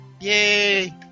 Yay